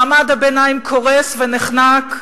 מעמד הביניים קורס ונחנק,